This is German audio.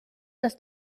dass